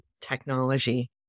technology